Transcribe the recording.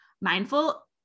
mindful